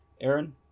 Aaron